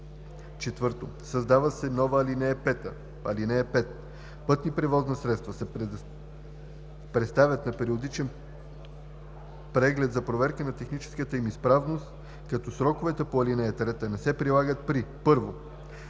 4. Създава се нова ал. 5: „(5) Пътните превозни средства се представят на периодичен преглед за проверка на техническа им изправност, като сроковете по ал. 3 не се прилагат при: 1.